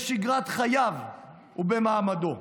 בשגרת חייו ובמעמדו.